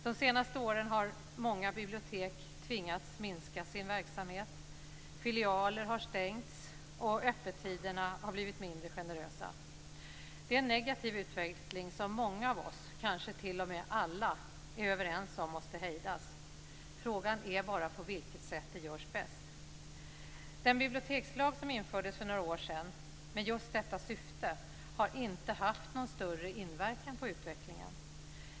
De senaste åren har många bibliotek tvingats minska sin verksamhet, filialer har stängts och öppettiderna har blivit mindre generösa. Det är en negativ utveckling som många av oss - kanske t.o.m. alla - är överens om måste hejdas. Frågan är bara på vilket sätt det görs bäst. Den bibliotekslag som infördes för några år sedan med just detta syfte har inte haft någon större inverkan på utvecklingen.